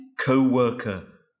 co-worker